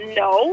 no